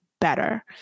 better